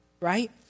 right